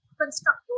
construct